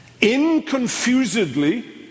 inconfusedly